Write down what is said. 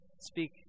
speak